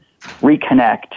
reconnect